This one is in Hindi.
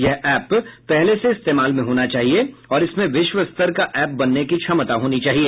यह ऐप पहले से इस्तेमाल में होना चाहिए और इसमें विश्व स्तर का ऐप बनने की क्षमता होनी चाहिए